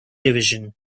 division